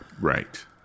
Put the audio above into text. Right